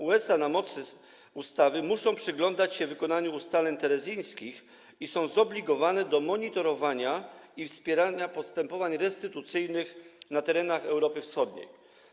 USA na mocy ustawy muszą przyglądać się wykonaniu ustaleń teresińskich i są zobligowane do monitorowania i wspierania postępowań restytucyjnych na terenach Europy Wschodniej.